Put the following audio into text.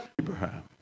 Abraham